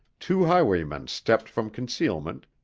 two highwaymen stepped from concealment,